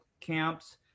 camps